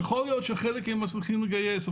יכול להיות שחלק הם מצליחים לגייס,